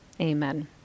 amen